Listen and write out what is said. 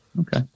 okay